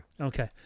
Okay